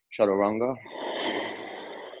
Chaturanga